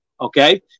okay